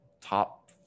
top